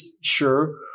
sure